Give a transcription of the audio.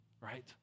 right